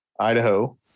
Idaho